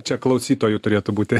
čia klausytojų turėtų būti